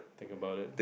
think about it